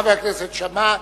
חבר הכנסת שאמה,